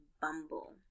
Bumble